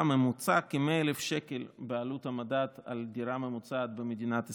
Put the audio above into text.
הממוצע כ-100,000 שקל בעלות המדד על דירה ממוצעת במדינת ישראל.